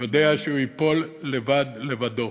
יודע שהוא ייפול לבד, לבדו.